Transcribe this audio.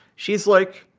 she's like,